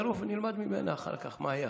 נלמד ממנה אחר כך מה היה.